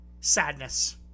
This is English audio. sadness